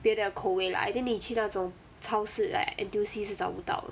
别的口味 lah I think 你去那种超市 like N_T_U_C 是找不到的